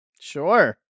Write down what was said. Sure